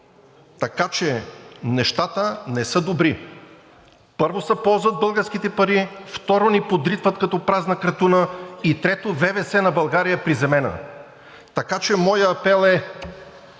Така че нещата не са добри. Първо, се ползват българските пари, второ, ни подритват като празна кратуна, и трето, ВВС на България е приземена. Така че моят апел е